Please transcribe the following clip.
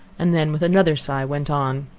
and then, with another sigh, went on.